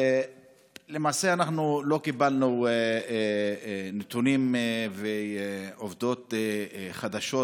למעשה אנחנו לא קיבלנו נתונים ועובדות חדשים.